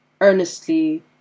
earnestly